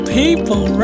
people